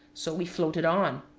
so we floated on.